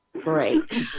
Great